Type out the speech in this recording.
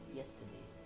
yesterday